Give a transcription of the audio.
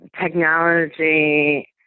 technology